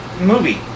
movie